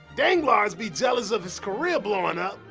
danglars be jealous of his career blowin up,